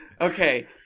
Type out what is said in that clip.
Okay